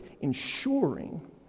ensuring